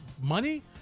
money